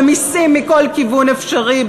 במסים מכל כיוון אפשרי,